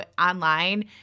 online